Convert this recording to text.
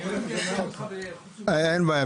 אני הולך לייצג אותך --- אין בעיה.